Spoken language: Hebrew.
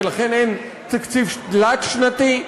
ולכן אין תקציב תלת-שנתי.